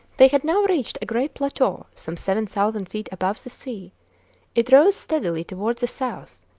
they had now reached a great plateau some seven thousand feet above the sea it rose steadily toward the south,